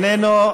איננו,